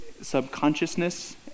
subconsciousness